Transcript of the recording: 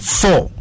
four